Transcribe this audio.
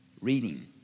reading